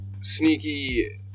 Sneaky